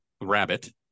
rabbit